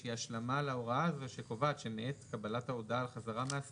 איזושהי השלמה להוראה הזאת שקובעת שמעת קבלת ההודעה על חזרה מהסכמה,